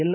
L